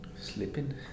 sleeping